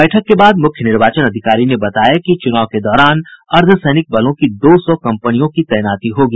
बैठक के बाद मुख्य निर्वाचन अधिकारी ने बताया कि चुनाव के दौरान अर्द्वसैनिक बलों की दो सौ कंपनियों की तैनाती होगी